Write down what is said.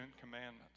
Commandments